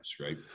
right